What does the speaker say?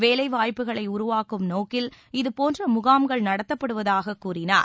வேலைவாய்ப்புகளை உருவாக்கும் நோக்கில் இதுபோன்ற முகாம்கள் நடத்தப்படுவதாக கூறினார்